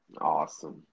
Awesome